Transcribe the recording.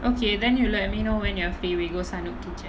okay then you let me know when you're free we go sanuk kitchen